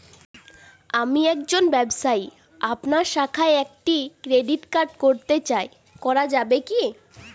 আমি একজন ব্যবসায়ী আপনার শাখায় একটি ক্রেডিট কার্ড করতে চাই করা যাবে কি?